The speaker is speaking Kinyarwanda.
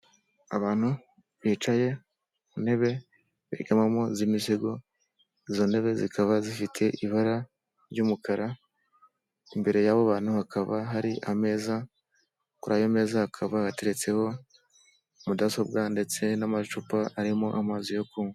Abantu bicaye ku ntebe begamamo z'imisego izo ntebe zikaba zifite ibara ry'umukara, imbere y'abo bantu hakaba hari ameza kuri ayo meza hakaba harateretseho mudasobwa ndetse n'amacupa arimo amazi yo kunywa.